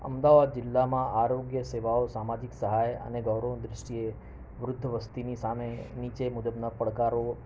અમદાવાદ જિલ્લામાં આરોગ્ય સેવાઓ સામાજિક સહાય અને ગૌરવની દ્રષ્ટિએ વૃદ્ધ વસ્તીની સામે નીચે મુજબના પડકારો